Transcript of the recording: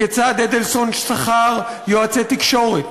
כיצד אדלסון שכר יועצי תקשורת,